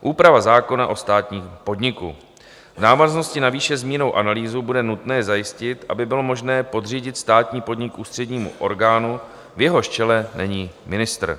Úprava zákona o státním podniku v návaznosti na výše zmíněnou analýzu bude nutné zajistit, aby bylo možné podřídit státní podnik ústřednímu orgánu, v jehož čele není ministr.